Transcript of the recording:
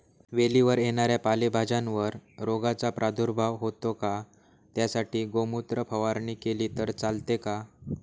वेलीवर येणाऱ्या पालेभाज्यांवर रोगाचा प्रादुर्भाव होतो का? त्यासाठी गोमूत्र फवारणी केली तर चालते का?